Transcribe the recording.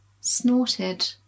snorted